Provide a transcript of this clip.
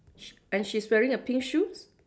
sh~ and she's wearing a pink shoes